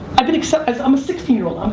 i've been accepted, i'm a sixteen year old,